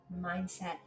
mindset